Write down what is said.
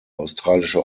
australische